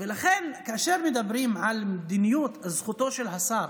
לכן כאשר מדברים על מדיניות, על זכותו של השר